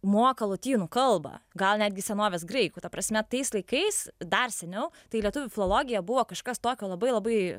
moka lotynų kalbą gal netgi senovės graikų ta prasme tais laikais dar seniau tai lietuvių filologija buvo kažkas tokio labai labai